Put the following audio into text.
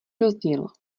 rozdíl